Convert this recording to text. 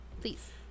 Please